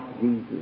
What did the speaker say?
Jesus